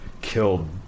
killed